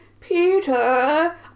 Peter